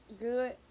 Good